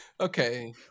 Okay